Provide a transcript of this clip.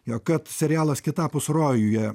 jo kad serialas kitapus rojuje